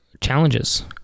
challenges